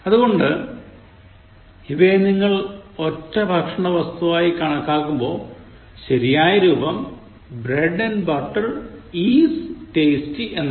അതുകൊണ്ട് ഇവയെ നിങ്ങൾ ഒറ്റ ഭക്ഷണവസ്തുവായി കണക്കാക്കുമ്പോൾ ശരിയായ രൂപം bread and butter is tasty എന്നാണ്